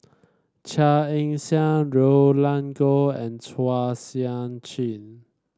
Chia Ann Siang Roland Goh and Chua Sian Chin